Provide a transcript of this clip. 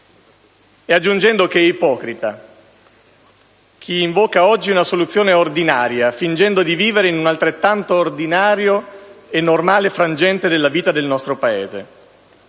Aggiungiamo che è ipocrita chi invoca oggi una soluzione ordinaria fingendo di vivere in un altrettanto ordinario e normale frangente della vita del nostro Paese;